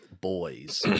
boys